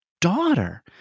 daughter